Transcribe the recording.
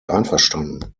einverstanden